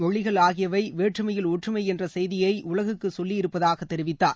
மொழிகள் ஆகியவை வேற்றுமையில் ஒற்றுமை என்ற செய்தியை உலகுக்கு சொல்லியிருப்பதாக தெரிவித்தார்